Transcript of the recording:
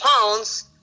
pounds